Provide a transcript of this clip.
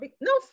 No